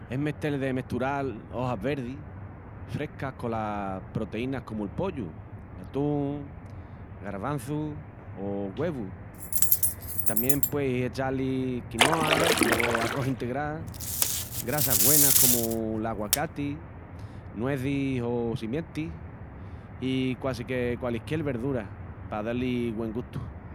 Es mestel de mestural ojas verdis frescas colas proteínas comu'l pollu, l'atún, garvançus o güevus, tamién pueis echá-li quinoa o arrós integral, grassas güenas comu l'aguacati, nuezis o simientis, i quasique cualisquiel verdura pa dá-li güen gustu.